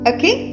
Okay